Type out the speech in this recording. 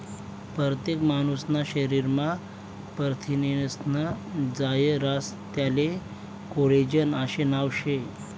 परतेक मानूसना शरीरमा परथिनेस्नं जायं रास त्याले कोलेजन आशे नाव शे